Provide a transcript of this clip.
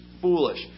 foolish